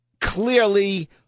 Clearly